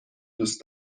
دوست